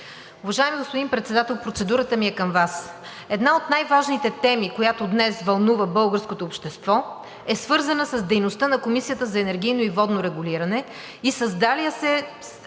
Уважаеми господин Председател, процедурата ми е към Вас. Една от най-важните теми, която днес вълнува българското общество, е свързана с дейността на Комисията за енергийно и водно регулиране и създалия се